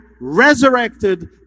resurrected